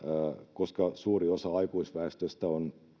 koska suuri osa aikuisväestöstä on